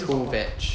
two veg